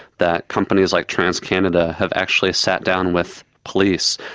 that companies like transcanada have actually sat down with police,